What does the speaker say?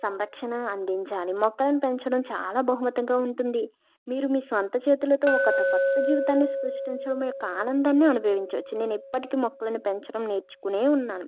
సంరక్షణ అందించాలి మొక్కలను పెంచడం చాలా బహుమతంగా ఉంటుంది మీరు మీ స్వంత చేతులతో ఒకత కొత్త జీవితాన్ని సృష్టించడమై ఒక ఆనందాన్ని అనుభవించచ్చు నేను ఇప్పటికీ మొక్కలను పెంచడం నేర్చుకుంటూనే ఉన్నాను